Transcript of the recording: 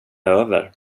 över